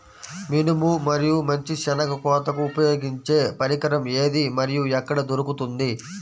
మినుము మరియు మంచి శెనగ కోతకు ఉపయోగించే పరికరం ఏది మరియు ఎక్కడ దొరుకుతుంది?